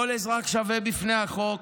"כל אזרח שווה בפני החוק,